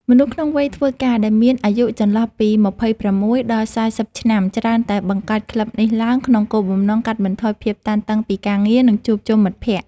មនុស្សក្នុងវ័យធ្វើការ ដែលមានអាយុចន្លោះពី ២៦ ដល់ ៤០ ឆ្នាំ ច្រើនតែបង្កើតក្លឹបនេះឡើង ក្នុងគោលបំណងកាត់បន្ថយភាពតានតឹងពីការងារ និងជួបជុំមិត្តភក្តិ។